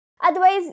Otherwise